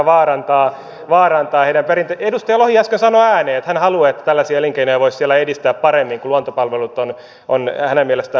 edustaja lohi äsken sanoi ääneen että hän haluaa että tällaisia elinkeinoja voisi siellä edistää paremmin kun luontopalvelut on hänen mielestään huono isäntä